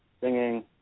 singing